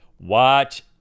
Watch